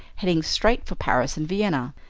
heading straight for paris and vienna.